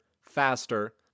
faster